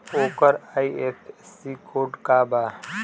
ओकर IFSC code का बा?